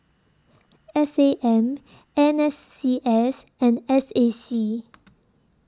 S A M N S C S and S A C